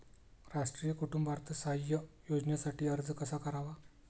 राष्ट्रीय कुटुंब अर्थसहाय्य योजनेसाठी अर्ज कसा करावा?